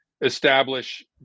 establish